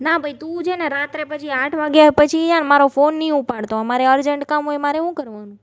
ના ભાઈ તું છે ને રાત્રે પછી આઠ વાગ્યા પછી છે ને મારો ફોન નથી ઉપાડતો અમારે અર્જન્ટ કામ હોય મારે શું કરવાનું